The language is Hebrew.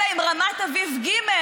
אלא אם כן רמת אביב ג',